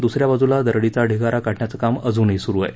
दुस या बाजुला दरडीचा ढिगारा काढण्याचं काम अजूनही सुरु आहे